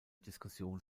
diskussion